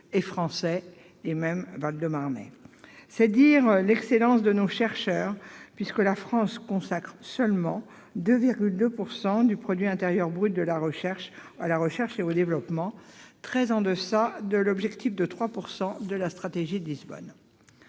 est français, et même val-de-marnais. C'est dire l'excellence de nos chercheurs, puisque la France consacre seulement 2,2 % du produit intérieur brut à la recherche et au développement, très en deçà de l'objectif de 3 % de la stratégie de Lisbonne.